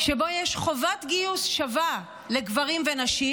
שבו יש חובת גיוס שווה לגברים ונשים,